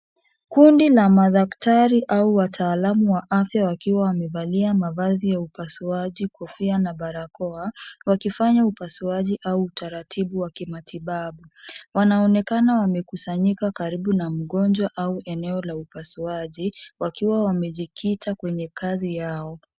Kundi la madaktari au wataalamu wa afya wakiwa wamevalia mavazi ya upasuaji, kofia na barakoa, wakifanya upasuaji au utaratibu wa kimatibabu. Wanaonekana wamekusanyika karibu na mgonjwa au eneo la upasuaji wakiwa wamejikita kwenye kazi yao.